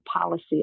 policy